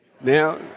Now